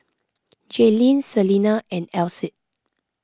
Jaelynn Selina and Alcide